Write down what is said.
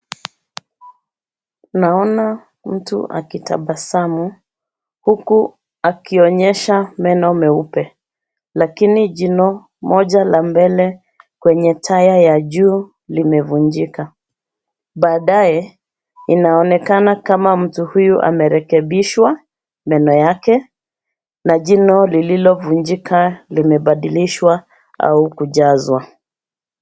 Naona mtu akitabasamu huku akionyesha meno meupe lakini jino moja la mbele kwenye taya ya juu, limevunjika. Baadaye inaonekana kama mtu huyu amerekebishwa meno yake na jino lililovunjika limebadilishwa au kujazwa.